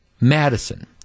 Madison